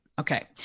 Okay